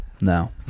No